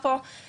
זה בעיה.